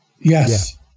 Yes